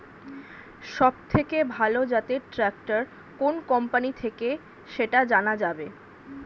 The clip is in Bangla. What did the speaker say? সবথেকে ভালো জাতের ট্রাক্টর কোন কোম্পানি থেকে সেটা জানা যাবে?